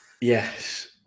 Yes